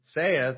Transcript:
saith